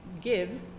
give